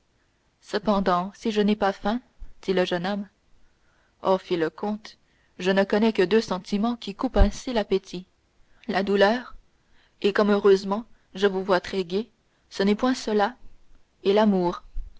cependant si je n'ai pas faim dit le jeune homme oh fit le comte je ne connais que deux sentiments qui coupent ainsi l'appétit la douleur et comme heureusement je vous vois très gai ce n'est point cela et l'amour